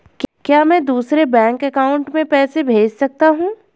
क्या मैं दूसरे बैंक अकाउंट में पैसे भेज सकता हूँ?